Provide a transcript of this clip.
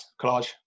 Collage